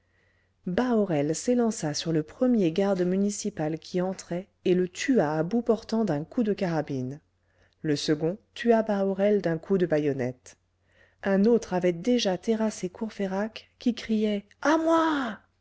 bahorel s'élança sur le premier garde municipal qui entrait et le tua à bout portant d'un coup de carabine le second tua bahorel d'un coup de bayonnette un autre avait déjà terrassé courfeyrac qui criait à moi